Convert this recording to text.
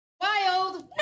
Wild